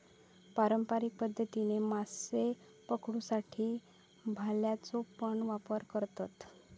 पारंपारिक पध्दतीन माशे पकडुसाठी भाल्याचो पण वापर करतत